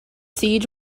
siege